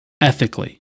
ethically